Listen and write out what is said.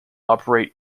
operate